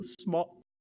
small